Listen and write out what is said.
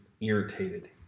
irritated